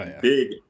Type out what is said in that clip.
big